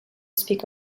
speak